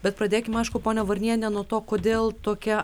bet pradėkim aišku ponia varniene nuo to kodėl tokia